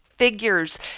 Figures